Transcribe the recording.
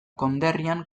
konderrian